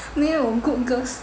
没有 Good girls